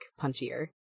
punchier